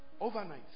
Overnight